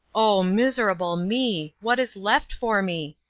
oh, miserable me! what is left for me?